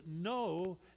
no